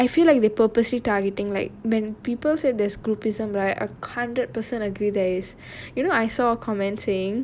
oh ya I feel like they purposely targeting like when people said there's groupism right present right I hundred percent agree there is you know I saw a comment saying